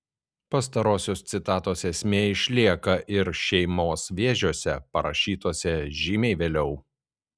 pastarosios citatos esmė išlieka ir šeimos vėžiuose parašytuose žymiai vėliau